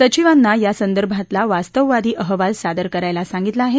सचिवांना यासंदर्भातला वास्तववादी अहवाल सादर करायला सांगितलं आहे